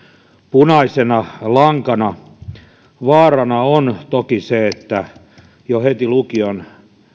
punaisena lankana vaarana on toki se että jo heti lukion